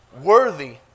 worthy